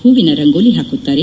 ಹೂವಿನ ರಂಗೋಲಿ ಹಾಕುತ್ತಾರೆ